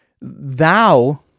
Thou